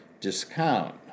discount